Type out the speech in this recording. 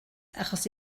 achos